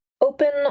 Open